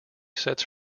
sets